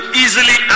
easily